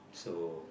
so